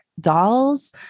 dolls